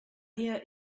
her